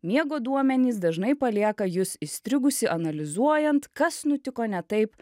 miego duomenys dažnai palieka jus įstrigusį analizuojant kas nutiko ne taip